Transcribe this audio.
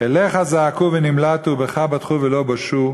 "אליך זעקו ונמלטו בך בטחו ולא בושו",